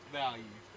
value